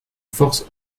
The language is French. force